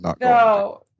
no